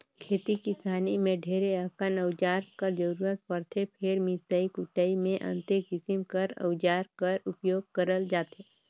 खेती किसानी मे ढेरे अकन अउजार कर जरूरत परथे फेर मिसई कुटई मे अन्ते किसिम कर अउजार कर उपियोग करल जाथे